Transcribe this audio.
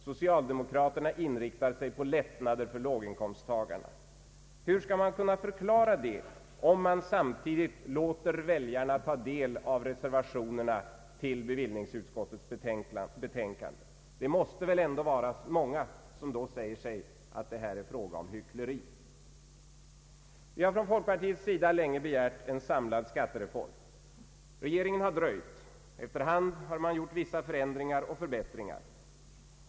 Socialdemokraterna inriktar sig på lättnader för låginkomsttagarna.” Hur skall man kunna förklara det, om man samtidigt låter väljarna ta del av reservationerna till bevillningsutskottets betänkande? Det måste ändå vara många som då säger sig att det här är fråga om hyckleri. Vi har från folkpartiets sida länge begärt en samlad skattereform. Regeringen har dröjt. Efter hand har man gjort vissa förändringar och förbättringar.